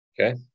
Okay